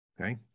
Okay